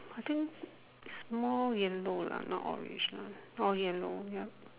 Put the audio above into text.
I think is more yellow lah not orange lah more yellow yup